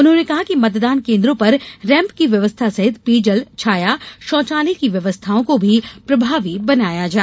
उन्होंने कहा कि मतदान केंद्रों पर रैंप की व्यवस्था सहित पेयजल छाया शौचालय की व्यवस्थाओं को प्रभावी बनाया जाए